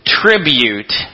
tribute